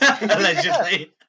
Allegedly